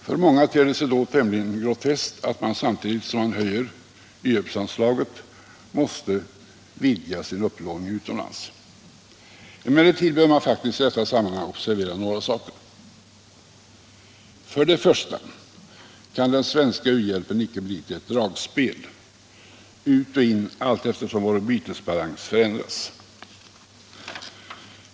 För många ter det sig då tämligen groteskt att man, samtidigt som man höjer u-hjälpsanslaget, måste vidga sin upplåning utomlands. Emellertid bör i detta sammanhang några saker observeras. För det första kan den svenska u-hjälpen icke bli till ett dragspel — ut och in allteftersom vår bytesbalans förändras.